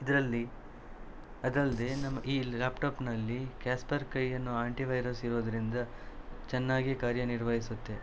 ಇದರಲ್ಲಿ ಅದಲ್ಲದೆ ನಮ್ಮ ಈ ಲ್ಯಾಪ್ಟಾಪ್ನಲ್ಲಿ ಕ್ಯಾಸ್ಪರ್ಕೈಯನ್ನೋ ಆಂಟಿವೈರಸ್ ಇರೋದ್ರಿಂದ ಚೆನ್ನಾಗಿ ಕಾರ್ಯನಿರ್ವಹಿಸುತ್ತೆ